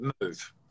move